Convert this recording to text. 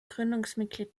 gründungsmitglied